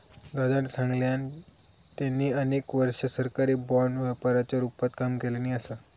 दादानं सांगल्यान, त्यांनी अनेक वर्षा सरकारी बाँड व्यापाराच्या रूपात काम केल्यानी असा